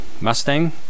Mustang